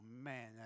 man